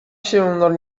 się